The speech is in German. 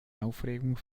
aufregung